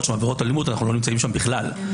שהן עבירות אלימות אנחנו לא נמצאים שם בכלל.